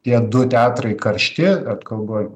tie du teatrai karšti at kalbu